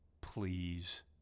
please